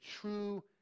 true